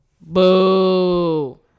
boo